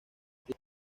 que